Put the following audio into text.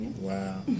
wow